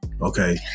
Okay